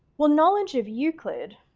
well knowledge of euclid,